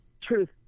truth